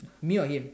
me or him